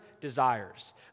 desires